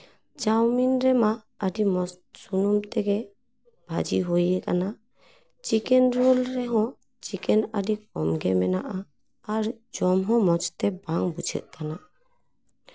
chowmein ᱨᱮᱢᱟ ᱟᱹᱰᱤ ᱢᱚᱡᱽ ᱥᱩᱱᱩᱢ ᱛᱮᱜᱮ ᱵᱷᱟᱹᱡᱤ ᱦᱩᱭ ᱟᱠᱟᱱᱟ ᱪᱤᱠᱮᱱ ᱨᱳᱞ ᱨᱮᱦᱚᱸ ᱪᱤᱠᱮᱱ ᱟᱹᱰᱤ ᱠᱚᱢ ᱢᱮᱱᱟᱜᱼᱟ ᱟᱨ ᱡᱚᱢ ᱦᱚᱸ ᱢᱚᱡᱽ ᱛᱮ ᱵᱟᱝ ᱵᱩᱡᱷᱟᱹᱜ ᱠᱟᱱᱟ